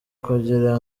kugira